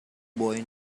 boy